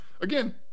again